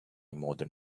modern